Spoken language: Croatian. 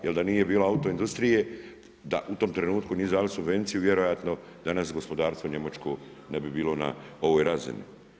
Jer da nije bilo autoindustrije, da u tom trenutku nisu dali subvenciju, vjerojatno, danas gospodarstvo njemačko ne bi bilo na ovoj razini.